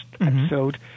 episode